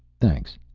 thanks.